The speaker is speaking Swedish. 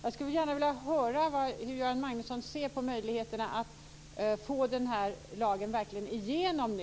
Jag skulle gärna vilja höra hur Göran Magnusson ser på möjligheterna att verkligen få igenom lagen nu.